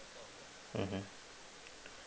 mmhmm